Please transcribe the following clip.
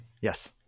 Yes